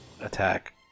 attack